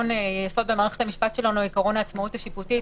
ביסוד מערכת המשפט שלנו יש את עיקרון העצמאות השיפוטית.